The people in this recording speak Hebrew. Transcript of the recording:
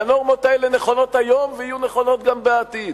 והנורמות האלה נכונות היום ויהיו נכונות גם בעתיד.